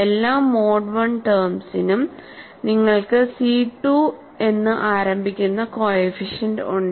എല്ലാ mode I ടെംസീനും നിങ്ങൾക്ക് c2 എന്ന് ആരംഭിക്കുന്ന കോഎഫിഷ്യന്റ് ഉണ്ട്